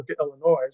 Illinois